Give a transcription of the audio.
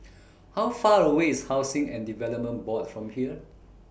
How Far away IS Housing and Development Board from here